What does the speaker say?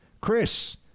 Chris